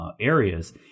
areas